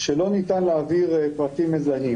שלא ניתן להעביר פרטים מזהים.